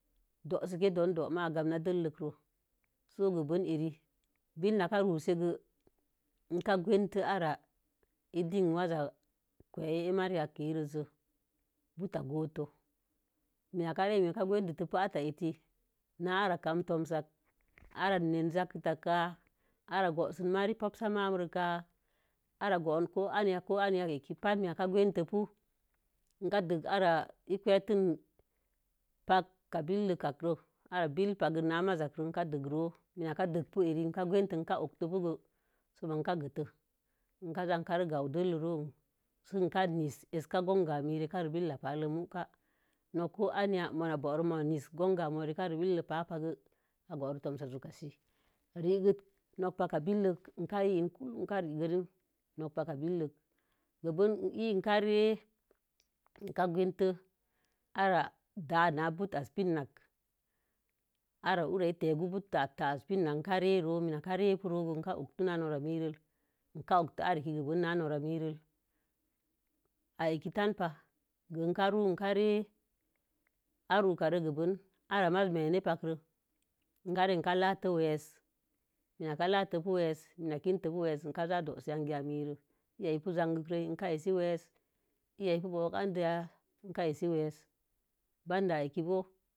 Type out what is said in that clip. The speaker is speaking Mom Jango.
Do̱o̱kə don doma gamna dəllək so gəben ere. Bill nakə rusei gə, eka gwete ara iding waza gəye emari hankə rəse rez. Buta gotoo. Ina kə re ekə gwete də ata etə. Na ara kam tosatə. Ara nən zakətə kə'a. ara go̱o̱sun mar popsa marék ka, ara go̱o̱n ko anya ko anya ekə. Patə mii n kə gontə kə. i kə gətə pakka billək araə bill pagən nə mazak kə. i kə dəre, i na kə dəkəpuirə, i kə gintə kə, mii nəkə o̱tokə. Somoi ikə sə ikə gəte dəllə ro̱o̱nə. Sə ikə nəce éceka go̱o̱ka mii reka bill pa, nok ko ənya maboro. Ma nacee ekə gonka mo̱o̱ rəka re bill pa pakə. Iboro tomsa zooka se, reekə nok papka kə billəl, n kə ii in no̱k paka billək. Gəben ii ekə re n gwentə ara da'a ŋ putasə pinnak. Ikə o̱tau, n noramii ron ikə otou, n noramii. i kətanba. Giə ben ikə re aro̱o̱ ukare ben irar maza uza menenk pə kə. Ikə lakə weesə, mina kə la kə weesə mina kə kit tə kə weesə, n kə za ikə, dosə yangiya ro̱o̱, iya i pu zakəi, ika esei weesə. Banda i kə iya ipu bo̱ru an dəya, ikə esei weesə. Banda ikə bo̱o